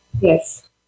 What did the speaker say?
Yes